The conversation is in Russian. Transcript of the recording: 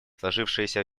сложившаяся